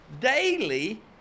daily